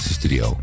studio